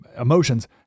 emotions